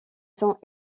sont